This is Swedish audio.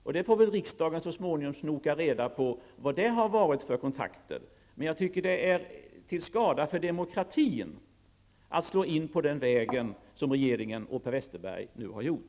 Riksdagen får väl så småningom snoka reda på vilka kontakter som har förekommit. Jag tycker emellertid att det är till skada för demokratin att slå in på den väg som regeringen och Per Westerberg nu har valt.